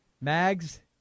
Mags